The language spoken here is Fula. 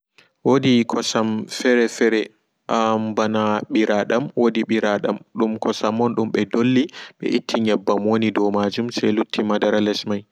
Wodu kosam fere fere amm bana ɓiraadam wodi ɓiraadam dum kosam on dum ɓe dolli ɓe itti nyeɓɓam woni dou majum sai lutti madara les may